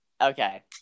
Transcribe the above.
Okay